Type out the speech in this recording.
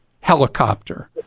helicopter